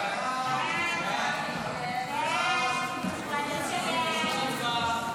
סעיף 1 נתקבל.